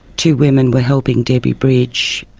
two women were helping debbie bridge